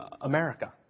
America